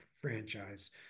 franchise